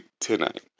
tonight